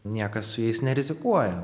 niekas su jais nerizikuoja